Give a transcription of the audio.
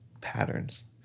patterns